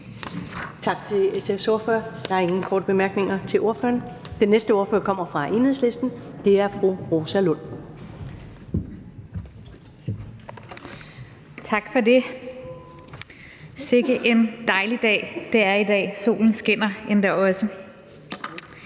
Tak til SF's ordfører. Der er ingen korte bemærkninger til ordføreren. Den næste ordfører kommer fra Enhedslisten, og det er fru Rosa Lund. Kl. 12:49 (Ordfører) Rosa Lund (EL): Tak for det. Sikke en dejlig dag, det er i dag, og solen skinner endda også.